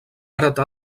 heretar